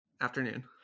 afternoon